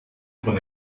von